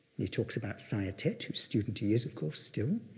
he talks about saya thet, who's student he is of course still,